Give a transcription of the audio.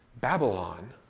Babylon